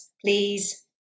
please